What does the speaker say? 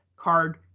card